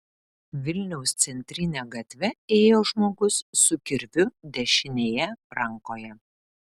vilniaus centrine gatve ėjo žmogus su kirviu dešinėje rankoje